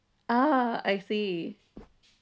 ah I see